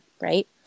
right